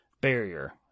barrier